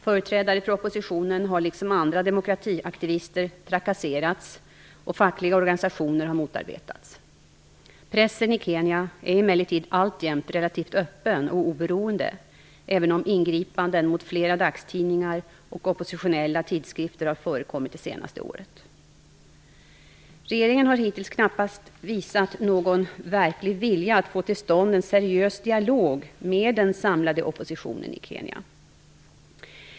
Företrädare för oppositionen har liksom andra demokratiaktivister trakasserats, och fackliga organisationer har motarbetats. Pressen i Kenya är emellertid alltjämt relativt öppen och oberoende, även om ingripanden mot flera dagstidningar och oppositionella tidskrifter har förekommit det senaste året. Regeringen har hittills knappast visat någon verklig vilja att få till stånd en seriös dialog med den samlade oppositionen i Kenya.